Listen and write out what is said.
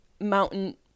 mountain